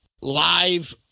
live